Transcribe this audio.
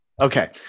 Okay